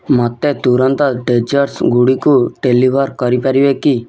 ମୋତେ ତୁରନ୍ତ ଡେଜର୍ଟ୍ସ୍ ଗୁଡ଼ିକୁ ଡେଲିଭର୍ କରାଯାଇପାରିବେ କି